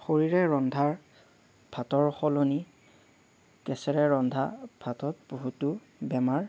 খৰিৰে ৰন্ধাৰ ভাতৰ সলনি গেছেৰে ৰন্ধা ভাতত বহুতো বেমাৰ